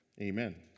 amen